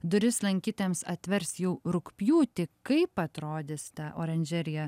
duris lankytojams atvers jau rugpjūtį kaip atrodys ta oranžerija